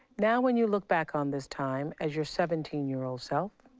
now, when you look back on this time as you're seventeen year old self,